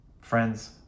Friends